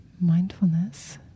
mindfulness